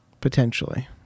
potentially